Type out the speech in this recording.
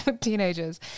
teenagers